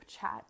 chat